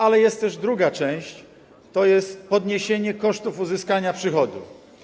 Ale jest też druga część, tj. podniesienie kosztów uzyskania przychodów.